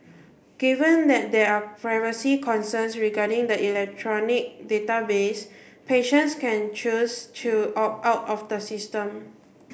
given that there are privacy concerns regarding the electronic database patients can choose to opt out of the system